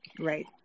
Right